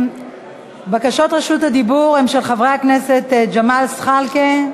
בקשות רשות הדיבור הן של חברי הכנסת ג'מאל זחאלקה,